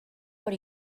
per